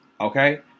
Okay